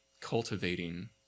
cultivating